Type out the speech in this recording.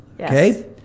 Okay